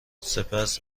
سپس